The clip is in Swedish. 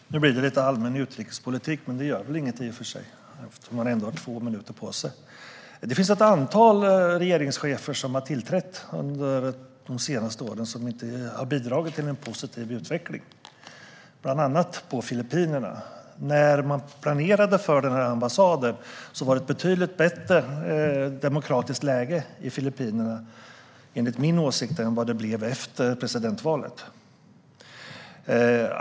Herr talman! Nu blir det lite allmän utrikespolitik här, men det gör väl i och för sig inget eftersom man ändå har två minuter på sig i en sådan här replik. Det finns ett antal regeringschefer som har tillträtt under de senaste åren och som inte har bidragit till en positiv utveckling, bland annat i Filippinerna. När man planerade för den här ambassaden var det ett betydligt bättre demokratiskt läge i Filippinerna, enligt min åsikt, än vad det blev efter presidentvalet.